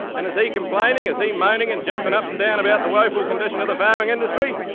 and is he complaining? is he moaning and jumping up and down about the woeful condition of the farming industry?